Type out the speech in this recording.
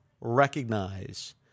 recognize